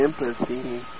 empathy